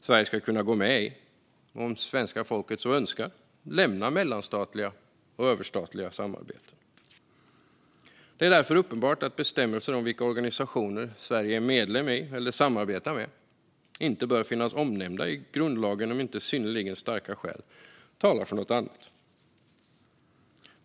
Sverige ska kunna gå med i och, om svenska folket så önskar, lämna mellanstatliga och överstatliga samarbeten. Det är därför uppenbart att bestämmelser om vilka organisationer Sverige är medlem i eller samarbetar med inte bör finnas omnämnda i grundlagen om inte synnerligen starka skäl talar för något annat.